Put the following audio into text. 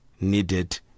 needed